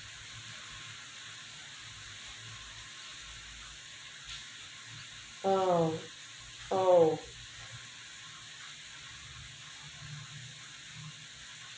oh oh